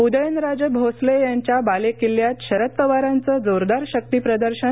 उदयनराजे भोसले यांच्या बालेकिल्ल्यात शरद पवारांचं जोरदार शक्तीप्रदर्शन